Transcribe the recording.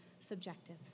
subjective